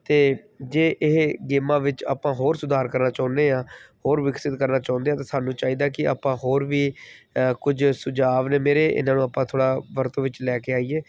ਅਤੇ ਜੇ ਇਹ ਗੇਮਾਂ ਵਿੱਚ ਆਪਾਂ ਹੋਰ ਸੁਧਾਰ ਕਰਨਾ ਚਾਹੁੰਦੇ ਹਾਂ ਹੋਰ ਵਿਕਸਿਤ ਕਰਨਾ ਚਾਹੁੰਦੇ ਹਾਂ ਤਾਂ ਸਾਨੂੰ ਚਾਹੀਦਾ ਕਿ ਆਪਾਂ ਹੋਰ ਵੀ ਕੁਝ ਸੁਝਾਅ ਨੇ ਮੇਰੇ ਇਹਨਾਂ ਨੂੰ ਆਪਾਂ ਥੋੜ੍ਹਾ ਵਰਤੋਂ ਵਿੱਚ ਲੈ ਕੇ ਆਈਏ